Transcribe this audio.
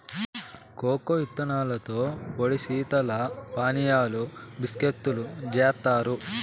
cocoa ఇత్తనాలతో పొడి శీతల పానీయాలు, బిస్కేత్తులు జేత్తారు